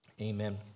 amen